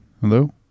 Hello